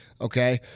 Okay